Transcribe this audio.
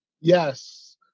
Yes